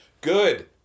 Good